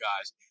guys